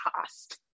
cost